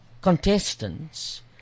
contestants